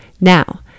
Now